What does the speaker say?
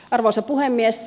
arvoisa puhemies